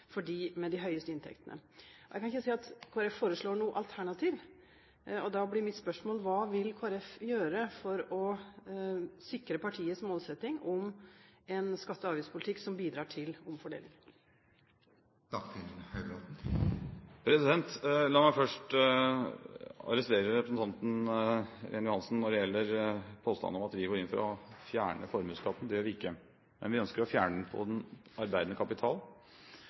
for dem med de høyeste inntektene. Jeg kan ikke se at Kristelig Folkeparti foreslår noe alternativ, og da blir mitt spørsmål: Hva vil Kristelig Folkeparti gjøre for å sikre partiets målsetting om en skatte- og avgiftspolitikk som bidrar til omfordeling? La meg først arrestere representanten Irene Johansen når det gjelder påstanden om at vi går inn for å fjerne formuesskatten. Det gjør vi ikke, men vi ønsker å fjerne den på arbeidende kapital.